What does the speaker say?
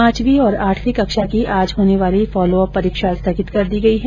पांचवी और आठवी कक्षा की आज होने वाली फोलोअप परीक्षा स्थगित कर दी गई है